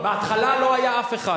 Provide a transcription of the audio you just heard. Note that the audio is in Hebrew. בהתחלה לא היה אף אחד.